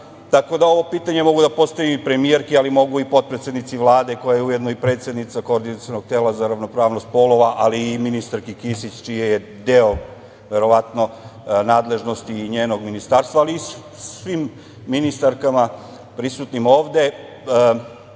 da ovo pitanje mogu da postavim premijerki, ali mogu i potpredsednici Vlade, koja je ujedno i predsednica Koordinacionog tela za ravnopravnost polova, kao i ministarki Kisić, čiji je deo verovatno nadležnosti i njenog ministarstva, ali i svim ministarkama prisutnim ovde.